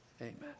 Amen